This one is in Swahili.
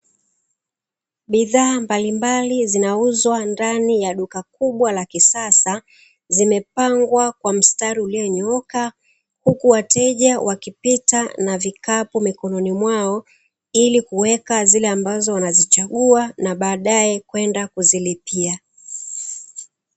Bidhaa mbalimbali zinauzwa ndani ya duka kubwa la kisasa, zimepangwa kwa mstari ulionyooka huku wateja wakipita na vikapu mikononi mwao ili kuweka zile ambazo wanazichagua na baadae kwenda kuzilipia.